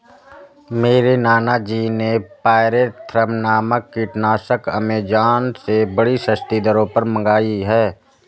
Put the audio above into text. मेरे नाना जी ने पायरेथ्रम नामक कीटनाशक एमेजॉन से बड़ी सस्ती दरों पर मंगाई है